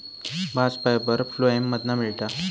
bast fibre phloem मधना मिळता